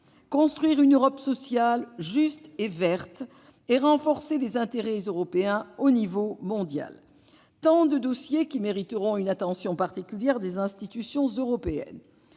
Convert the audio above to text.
construire une Europe sociale, juste et verte, et renforcer les intérêts européens à l'échelon mondial. Autant de dossiers qui mériteront une attention particulière des institutions européennes